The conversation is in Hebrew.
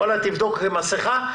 ואללה תבדוק מסכה,